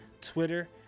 Twitter